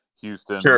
Houston